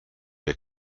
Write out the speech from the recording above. der